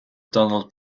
donald